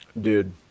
Dude